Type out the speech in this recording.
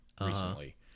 recently